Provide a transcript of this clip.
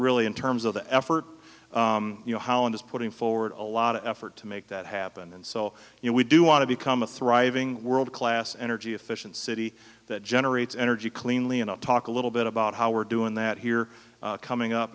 really in terms of the effort you know holland is putting forward a lot of effort to make that happen and so you know we do want to become a thriving world class energy efficient city that generates energy cleanly and talk a little bit about how we're doing that here coming up